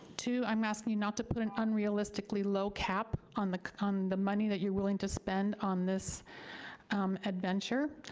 two, i'm asking you not to put an unrealistically low cap on the on the money that you're willing to spend on this and venture.